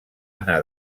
anar